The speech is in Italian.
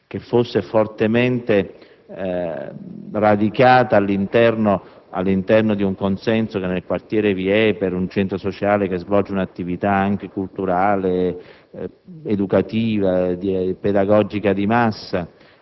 ma anche fortemente radicata all'interno di un consenso che vi è nel quartiere per un Centro sociale che svolge anche un'attività culturale, educativa e pedagogica di massa